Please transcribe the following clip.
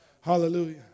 Hallelujah